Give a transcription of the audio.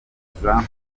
gucika